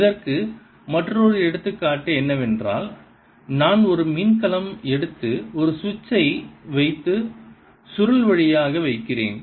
இதற்கு மற்றொரு எடுத்துக்காட்டு என்னவென்றால் நான் ஒரு மின்கலம் எடுத்து ஒரு சுவிட்சை வைத்து சுருள் வழியாக வைக்கிறேன்